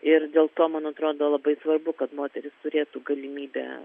ir dėl to man atrodo labai svarbu kad moteris turėtų galimybę